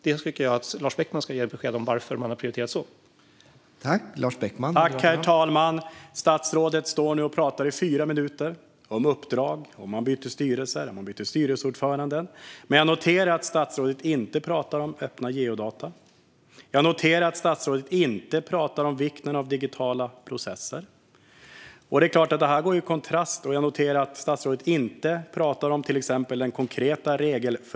Jag tycker att Lars Beckman ska ge besked om varför man har prioriterat på det sättet.